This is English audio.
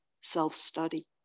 self-study